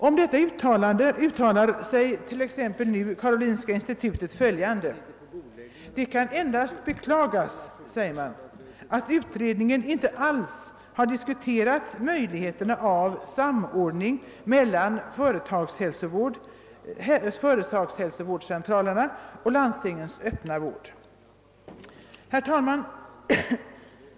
Om denna sak säger t.ex. karolinska institutet följande: »Det kan endast beklagas, att utredningen inte. alls diskuterat möjligheten. av Herr talman!